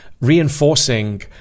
reinforcing